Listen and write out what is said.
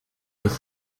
with